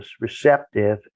receptive